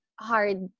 hard